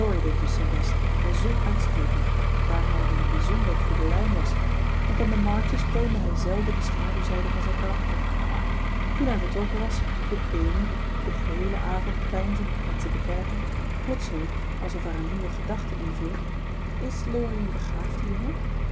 zijn best en zong uitstekend daar hij in een bijzonder goede luim was want aan de marches toonde hij zelden de schaduwzijde van zijn karakter toen hij vertrokken was vroeg amy die den geheelen avond peinzend had zitten kijken plotseling alsof haar een nieuwe gedachte inviel is laurie een begaafde jongen